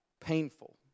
Painful